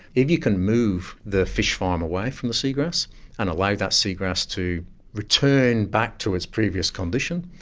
if you can move the fish farm away from the seagrass and allow that seagrass to return back to its previous condition,